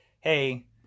Hey